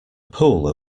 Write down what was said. pool